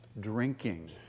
drinking